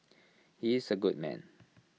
he is A good man